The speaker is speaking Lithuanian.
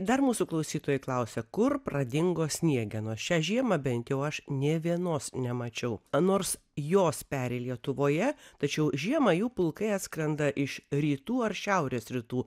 dar mūsų klausytojai klausia kur pradingo sniegenos šią žiemą bent jau aš nė vienos nemačiau nors jos peri lietuvoje tačiau žiemą jų pulkai atskrenda iš rytų ar šiaurės rytų